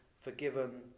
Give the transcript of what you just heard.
forgiven